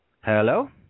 Hello